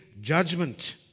judgment